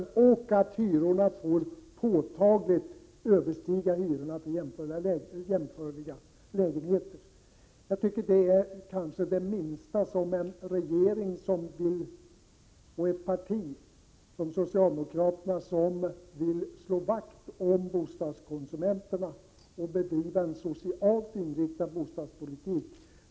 Dessa hyror får inte påtagligt överstiga hyrorna för jämförbara lägenheter. Jag tycker att det är det minsta som en socialdemokratisk regering och ett socialdemokratiskt parti kan göra, eftersom de ju vill slå vakt om bostadskonsumenterna och bedriva en socialt inriktad bostadspolitik.